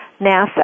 NASA